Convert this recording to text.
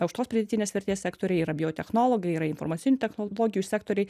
aukštos pridėtinės vertės sektoriai yra biotechnologai yra informacinių technologijų sektoriai